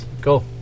Go